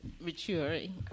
maturing